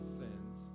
sins